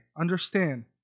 understand